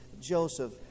Joseph